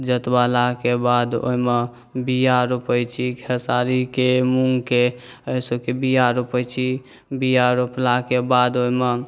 जोतबेलाके बाद ओहिमे बीआ रोपै छी खेसारीके मूँगके ससिसोके बीआ रोपै छी बीआ रोपलाके बाद ओहिमे